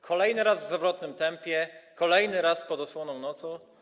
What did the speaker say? Kolejny raz w zawrotnym tempie, kolejny raz pod osłoną nocy.